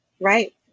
Right